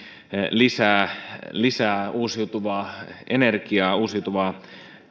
lisää lisää uusiutuvaa energiaa uusiutuvaa